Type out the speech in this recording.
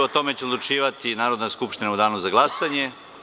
O tome će odlučivati Narodna skupština u Danu za glasanje.